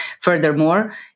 Furthermore